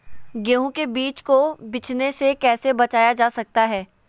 गेंहू के बीज को बिझने से कैसे बचाया जा सकता है?